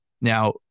Now